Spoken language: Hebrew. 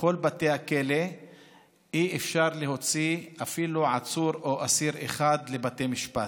בכל בתי הכלא אי-אפשר להוציא אפילו עצור או אסיר אחד לבתי משפט.